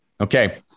Okay